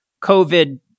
COVID